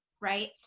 Right